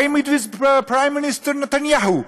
I meet with Prime Minister Netanyahu,